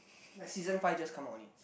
season five just come out only